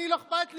לא אכפת לי.